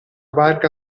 barca